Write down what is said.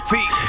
Feet